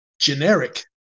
generic